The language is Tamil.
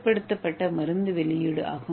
கட்டுப்படுத்தப்பட்ட மருந்து வெளியீடு